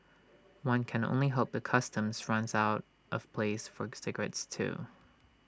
one can only hope the customs runs out of place for cigarettes too